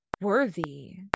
worthy